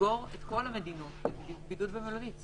לסגור את החוזרים מכל המדינות בבידוד במלונית.